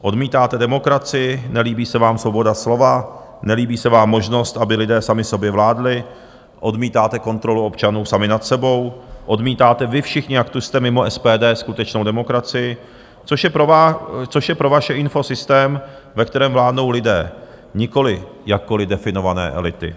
Odmítáte demokracii, nelíbí se vám svoboda slova, nelíbí se vám možnost, aby lidé sami sobě vládli, odmítáte kontrolu občanů sami nad sebou, odmítáte vy všichni, jak tu jste, mimo SPD, skutečnou demokracii, což je pro vaše info systém, ve kterém vládnou lidé, nikoliv jakkoliv definované elity.